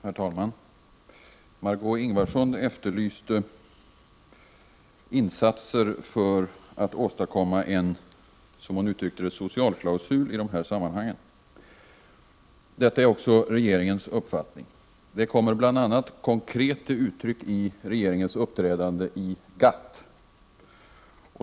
Herr talman! Margé Ingvardsson efterlyste insatser för att i de här sammanhangen åstadkomma vad hon kallade en socialklausul. Att så bör ske är också regeringens uppfattning. Det kommer konkret till uttryck bl.a. i regeringens uppträdande i GATT.